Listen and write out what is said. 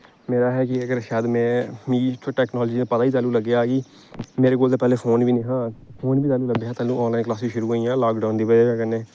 मेर एह् ऐ कि शायद में मिगी टैक्नोलाजी दा पता गै तैह्लू लग्गेआ कि मेरे कोल ते पैह्लें फोन ब नेईं हा फोन बी अंदू लब्भेआ तैह्ल्लू आनलाइन क्लासिस शुरू होइयां लाकडाउन दी बजह कन्नै